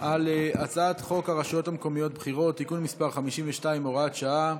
על הצעת חוק הרשויות המקומיות (בחירות) (תיקון מס' 52) (הוראת שעה,